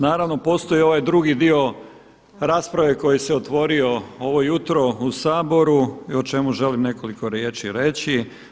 Naravno postoji i ovaj drugi dio rasprave koji se otvorio ovo jutro u Saboru i o čemu želim nekoliko riječi reći.